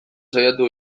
saiatu